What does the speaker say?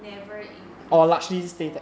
never increase anymore